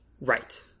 Right